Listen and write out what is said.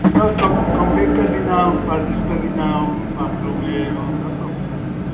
सभु कमु कंपलीट करे ॾींदा आहियूं करे फ़र्निश करे ॾींदा आहियूं बाथरुम हे हो सभु कंपलीट करे ॾींदा